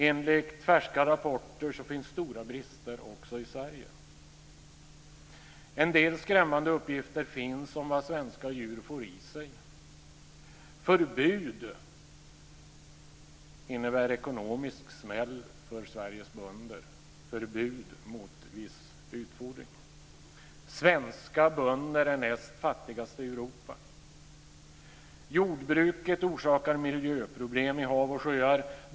Enligt färska rapporter finns stora brister också i Sverige. En del skrämmande uppgifter finns om vad svenska djur får i sig. Förbud mot viss utfodring innebär ekonomisk smäll för Sveriges bönder. Svenska bönder är näst fattigast i Europa. Jordbruket orsakar miljöproblem i hav och sjöar.